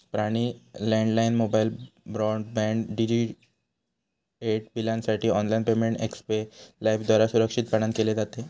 पाणी, landline, mobile, broadband, DTH बिलांसाठी online payment xpay लाइफद्वारा सुरक्षितपणान केले जाते